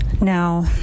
Now